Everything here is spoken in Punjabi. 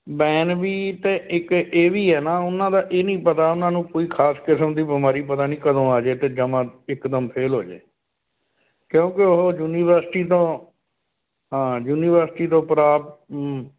ਬੈਨ ਵੀ ਤਾਂ ਇੱਕ ਇਹ ਵੀ ਹੈ ਨਾ ਉਹਨਾਂ ਦਾ ਇਹ ਨਹੀਂ ਪਤਾ ਉਹਨਾਂ ਨੂੰ ਕੋਈ ਖਾਸ ਕਿਸਮ ਦੀ ਬਿਮਾਰੀ ਪਤਾ ਨਹੀਂ ਕਦੋਂ ਆ ਜੇ ਅਤੇ ਜਮ੍ਹਾਂ ਇੱਕਦਮ ਫੇਲ੍ਹ ਹੋਜੇ ਕਿਉਂਕਿ ਉਹ ਯੂਨੀਵਰਸਿਟੀ ਤੋਂ ਹਾਂ ਯੂਨੀਵਰਸਿਟੀ ਤੋਂ ਪ੍ਰਾਪਤ